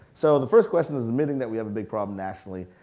so the first question is admitting that we have a big problem nationally,